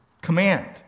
command